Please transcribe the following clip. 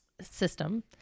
system